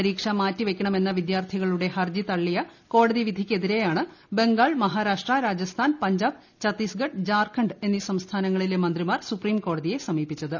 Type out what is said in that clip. പരീക്ഷ മാറ്റിവയ്ക്കണമെന്ന വിദ്യാർത്ഥികളുടെ ഹർജി തള്ളിയ കോടതിവിധിക്കെതിരെയാണ് ബംഗാൾക്ട് മീറ്റ്ഗാരാഷ്ട്ര രാജസ്ഥാൻ പഞ്ചാബ് ചത്തീസ്ഗഢ് ജാർഖങ്ങൾ ് എന്നീ സംസ്ഥാനങ്ങളിലെ മന്ത്രിമാർ സുപ്രീംകോടതിയെ ിസ്റ്റമീപിച്ചത്